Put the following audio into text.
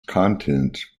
contents